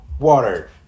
Water